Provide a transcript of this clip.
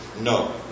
No